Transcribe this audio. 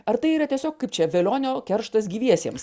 ar tai yra tiesiog kaip čia velionio kerštas gyviesiems